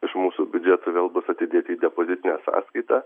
iš mūsų biudžeto vėl bus atidėti į depozitinę sąskaitą